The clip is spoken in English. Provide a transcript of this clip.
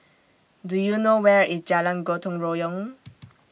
Do YOU know Where IS Jalan Gotong Royong